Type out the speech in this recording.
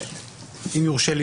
אם יורשה לי,